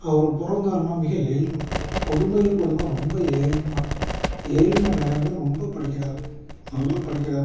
அவர் பிறந்தாருனா மிக ஏழ்மை கொடுமையிலும் கொடுமை ரொம்ப ஏழ்ம ஏழ்ம நிலையில வந்து ரொம்ப படிக்கிறார் நல்லா படிக்கிறார்